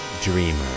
dreamer